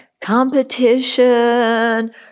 Competition